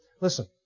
Listen